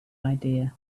idea